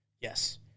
Yes